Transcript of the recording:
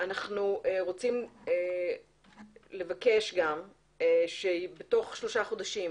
אנחנו רוצים לבקש שבתוך שלושה חודשים